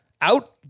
out